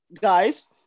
guys